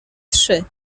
trzy